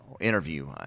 Interview